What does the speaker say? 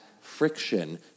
friction